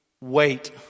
wait